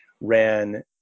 ran